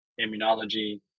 immunology